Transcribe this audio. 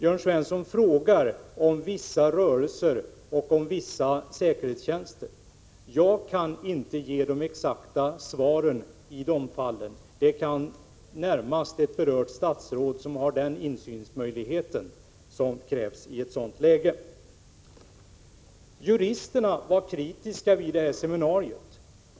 Jörn Svensson ställer frågor om vissa rörelser och om vissa säkerhetstjänster. Jag kan inte ge de exakta svaren i dessa fall. Det är närmast det berörda statsrådet, som har den insynsmöjlighet som krävs i ett sådant läge, som kan göra det. Juristerna var kritiska vid detta seminarium, säger Jörn Svensson.